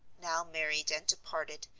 now married and departed,